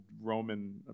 Roman